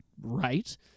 right